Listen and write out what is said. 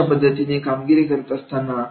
अशा पद्धतीने कामगिरी करत असताना